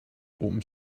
open